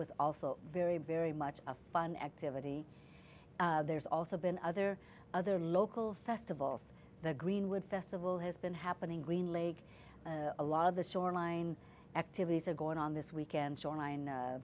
was also very very much a fun activity there's also been other other local festivals the greenwood festival has been happening green leg a lot of the shoreline activities are going on this weekend shoreline